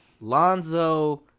Lonzo